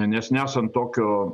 nes nesant tokio